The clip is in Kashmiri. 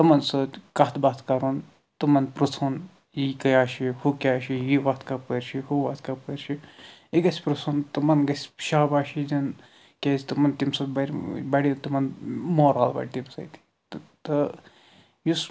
تِمن سۭتۍ کتھ باتھ کَرُن تِمن پِرٛژھُن یہِ کیاہ چھُ ہُہ کیاہ چھُ یہِ وتھ کَپٲرۍ چھِ ہُہ وتھ کَپٲرۍ چھِ یہِ گَژھِ پرٛژھُن تِمن گَژھِ شاباشی دِنۍ کیازِ تِمن تَمہِ سۭتۍ بَرِ بَڑِ تِمن مارَل بَڑِ تَمہِ سۭتۍ تہٕ یُس